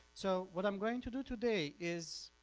so what i'm going to do today is